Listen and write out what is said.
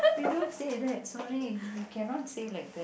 we don't say that sorry we cannot say like that